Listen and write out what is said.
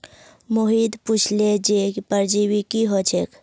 मोहित पुछले जे परजीवी की ह छेक